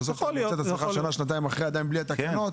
ובסוף אתה מוצא את עצמך שנה-שנתיים אחרי עדיין בלי התקנות,